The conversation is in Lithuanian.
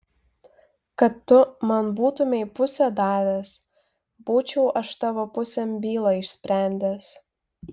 kad tu man būtumei pusę davęs būčiau aš tavo pusėn bylą išsprendęs